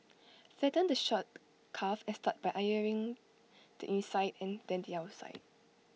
flatten the shirt cuff and start by ironing the inside and then the outside